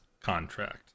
contract